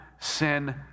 sin